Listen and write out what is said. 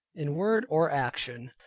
in word or action.